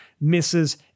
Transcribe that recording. misses